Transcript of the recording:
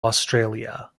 australia